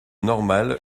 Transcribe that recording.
normal